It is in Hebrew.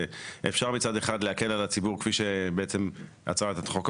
אפשר מצד אחד להקל על הציבור כפי שבעצם הצעת החוק הממשלתית,